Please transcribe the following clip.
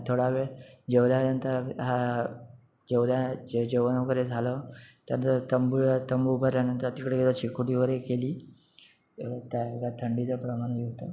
थोडा वेळ जेवल्यानंतर हा जेवल्या जेवण वगैरे झालं त्या नं तंबू वगैरे तंबू उभारल्यानंतर तिकडे गेल्यावर शेकोटी वगैरे केली त्या वेळेला थंडीचं प्रमाणही होतं